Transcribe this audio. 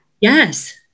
yes